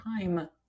time